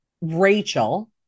Rachel